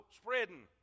spreading